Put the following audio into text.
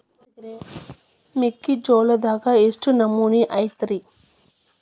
ಮೆಕ್ಕಿಜೋಳದಾಗ ಎಷ್ಟು ನಮೂನಿ ಐತ್ರೇ?